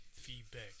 Feedback